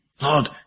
Lord